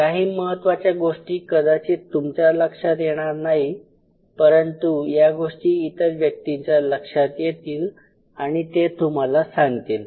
काही महत्वाच्या गोष्टी कदाचित तुमच्या लक्षात येणार नाहीत परंतु या गोष्टी इतर व्यक्तींच्या लक्षात येतील आणि ते तुम्हाला सांगतील